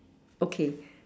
okay